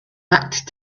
hacked